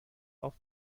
auf